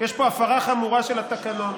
יש פה הפרה חמורה של התקנון.